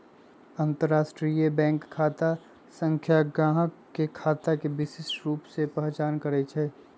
अंतरराष्ट्रीय बैंक खता संख्या गाहक के खता के विशिष्ट रूप से पहीचान करइ छै